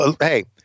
Hey